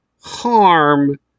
harm